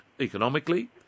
economically